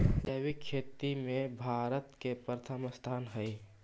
जैविक खेती में भारत के प्रथम स्थान हई